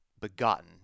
begotten